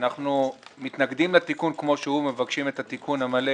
שאנחנו מתנגדים לתיקון כמו שהוא ומבקשים את התיקון המלא,